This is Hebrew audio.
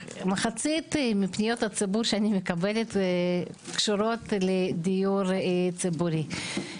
מחצית מפניות הציבור שאני מקבלת קשורות לדיור ציבורי,